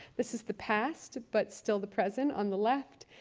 this is the past, but still the present, on the left.